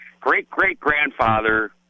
great-great-grandfather